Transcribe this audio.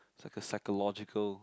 it's like a psychological